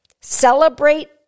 Celebrate